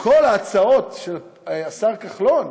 כל ההצעות של השר כחלון